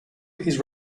his